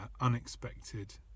unexpected